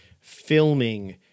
filming